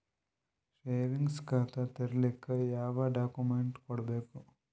Savings ಖಾತಾ ತೇರಿಲಿಕ ಯಾವ ಡಾಕ್ಯುಮೆಂಟ್ ಕೊಡಬೇಕು?